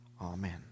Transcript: amen